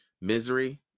misery